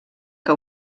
que